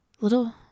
little